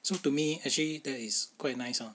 so to me actually that is quite nice lah